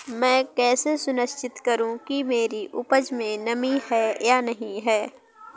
मैं कैसे सुनिश्चित करूँ कि मेरी उपज में नमी है या नहीं है?